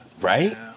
Right